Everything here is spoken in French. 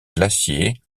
glacier